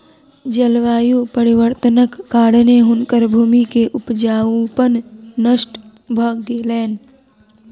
जलवायु परिवर्तनक कारणेँ हुनकर भूमि के उपजाऊपन नष्ट भ गेलैन